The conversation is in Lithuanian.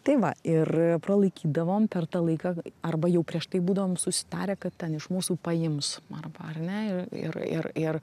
tai va ir pralaikydavom per tą laiką arba jau prieš tai būdavom susitarę kad ten iš mūsų paims arba ar ne ir ir ir ir